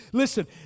Listen